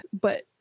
But-